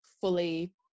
fully